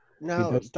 no